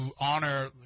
honor